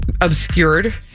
obscured